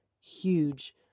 huge